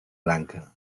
branca